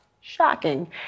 shocking